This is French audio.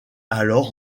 alors